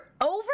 over